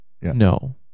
No